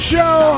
Show